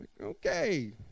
Okay